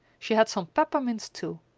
she had some peppermints too.